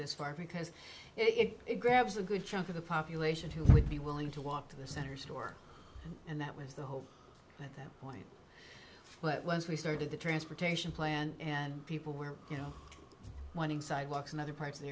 this far because it grabs a good chunk of the population who would be willing to walk to the center store and that was the hope at that point but once we started the transportation plan and people where you know sidewalks and other parts of t